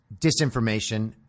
disinformation